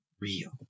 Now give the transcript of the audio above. real